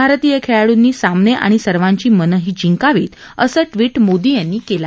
भारतीय खेळाडूनी सामने आणि सर्वांची मनही जिंकावीत असं बी मोदी यांनी केलं